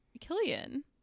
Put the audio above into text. Killian